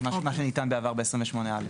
שניתן בעבר ב-28(א).